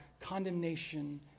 condemnation